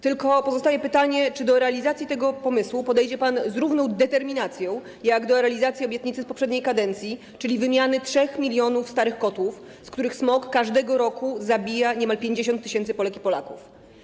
Tylko pozostaje pytanie, czy do realizacji tego pomysłu podejdzie pan z determinacją równą realizacji obietnicy z poprzedniej kadencji, czyli wymiany 3 mln starych kotłów, z których smog każdego roku zabija niemal 50 tys. Polek i Polaków.